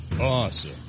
Awesome